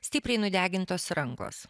stipriai nudegintos rankos